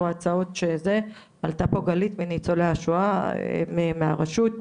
עלתה פה גלית מהרשות,